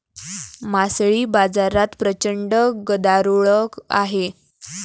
मासळी बाजारात प्रचंड गदारोळ आहे